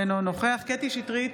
אינו נוכח קטי קטרין שטרית,